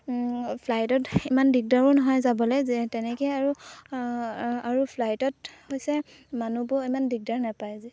ফ্লাইটত ইমান দিগদাৰো নহয় যাবলৈ যে তেনেকৈ আৰু আৰু ফ্লাইটত হৈছে মানুহবোৰ ইমান দিগদাৰ নাপায় যে